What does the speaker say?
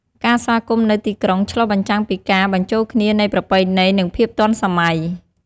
ការស្វាគមន៍នៅទីក្រុងឆ្លុះបញ្ចាំងពីការបញ្ចូលគ្នានៃប្រពៃណី និងភាពទាន់សម័យ។